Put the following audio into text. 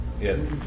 Yes